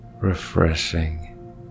refreshing